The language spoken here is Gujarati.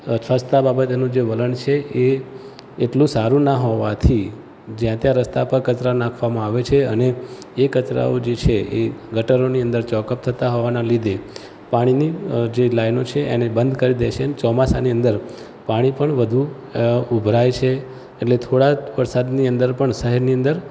સ્વચ્છતા બાબતેનું જે વલણ છે એ એટલું સારું ના હોવાથી જ્યાં ત્યાં રસ્તા પર કચરા નાખવામાં આવે છે અને એ કચરાઓ જે છે એ ગટરોની અંદર ચૉકઅપ થતાં હોવાના લીધે પાણીની જે લાઈનો છે એને બંધ કરી દે છે ને ચોમાસાની અંદર પાણી પણ વધુ ઊભરાય છે એટલે થોડાક વરસાદની અંદર પણ શહેરની અંદર